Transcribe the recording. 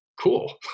Cool